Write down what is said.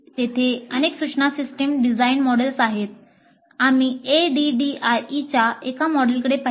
तेथे अनेक सूचनात्मक सिस्टम डिझाइन मॉडेल्स आहेत आम्ही ADDIE च्या एका मॉडेलकडे पाहिले